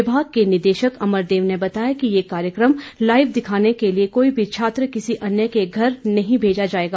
विभाग के निदेशक अमरदेव ने बताया कि ये कार्यक्रम लाइव दिखाने के लिए कोई भी छात्र किसी अन्य के घर नहीं भेजा जाएगा